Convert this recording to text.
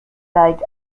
seit